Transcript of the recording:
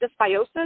dysbiosis